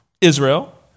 Israel